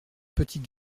petit